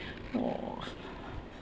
oh